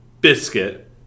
biscuit